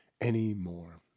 anymore